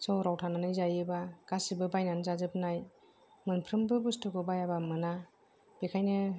सहराव थानानै जायोबा गासिबो बायनानै जाजोबनाय मोनफ्रोमबो बुस्तुखौ बायाबा मोना बेखायनो